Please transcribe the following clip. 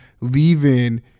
leaving